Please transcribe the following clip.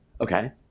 Okay